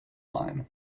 line